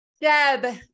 Deb